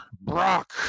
Brock